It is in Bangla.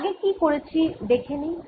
আমরা আগে কি করেছি দেখে নিই